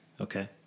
Okay